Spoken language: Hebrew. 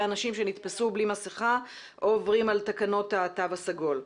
אנשים שנתפסו בלי מסכה או עוברים על תקנות התו הסגול.